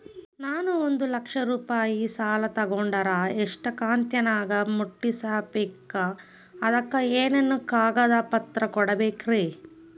ನಾನು ಒಂದು ಲಕ್ಷ ರೂಪಾಯಿ ಸಾಲಾ ತೊಗಂಡರ ಎಷ್ಟ ಕಂತಿನ್ಯಾಗ ಮುಟ್ಟಸ್ಬೇಕ್, ಅದಕ್ ಏನೇನ್ ಕಾಗದ ಪತ್ರ ಕೊಡಬೇಕ್ರಿ?